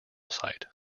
site